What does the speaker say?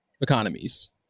economies